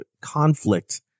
conflict